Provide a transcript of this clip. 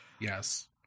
yes